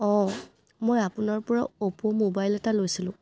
অঁ মই আপোনাৰ পৰা অ'প' মোবাইল এটা লৈছিলোঁ